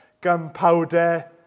gunpowder